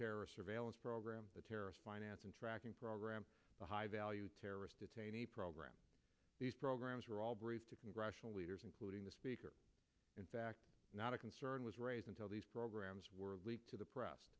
terrorist surveillance program the terrorist financing tracking program the high value terrorist detainees program these programs were all braced to congressional leaders including the speaker in fact not a concern was raised until these programs were leaked to the press